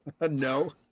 No